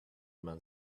man